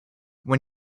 when